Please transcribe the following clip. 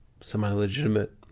semi-legitimate